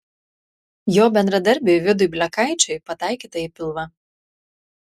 jo bendradarbiui vidui blekaičiui pataikyta į pilvą